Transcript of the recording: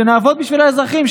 שנעבוד בשביל האזרחים,